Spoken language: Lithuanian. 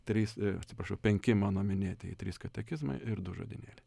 trys atsiprašau penki mano minėtieji trys katekizmai ir du žodynėliai